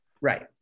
Right